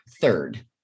third